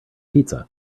pizza